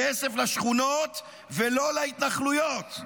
"כסף לשכונות ולא להתנחלויות".